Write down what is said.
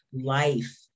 life